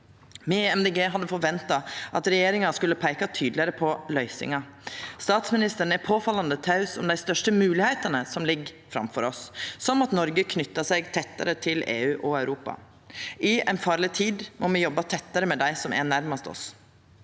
Dei Grøne hadde forventa at regjeringa skulle peika tydelegare på løysingar. Statsministeren er påfallande taus om dei største moglegheitene som ligg framføre oss, som at Noreg knyter seg tettare til EU og Europa. I ei farleg tid må me jobba tettare med dei som er nærmast oss.